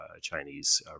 Chinese